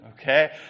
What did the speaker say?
Okay